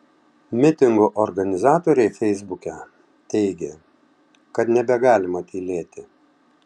mitingo organizatoriai feisbuke teigė kad nebegalima tylėti